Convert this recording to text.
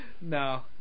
No